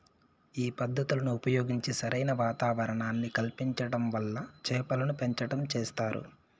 ఈ పద్ధతులను ఉపయోగించి సరైన వాతావరణాన్ని కల్పించటం వల్ల చేపలను పెంచటం చేస్తారు